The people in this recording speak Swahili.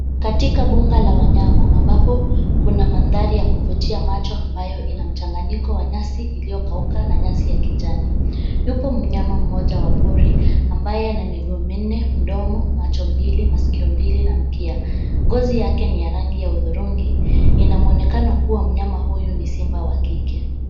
Katika bunga la wanyama ambapo kuna mandhari ya kuvutia macho ambayo ina mchanganyiko wa nyasi iliyokauka na nyasi ya kijani. Yupo mnyama mmoja wa pori ambaye ana miguu minne, mdomo, macho mbili, masikio mbili na mkia. Ngozi yake ni ya rangi ya udhurungi. Inamuonekano kuwa mnyama huyu ni simba wa kike.